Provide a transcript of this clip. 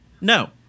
No